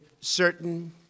certain